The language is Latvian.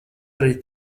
arī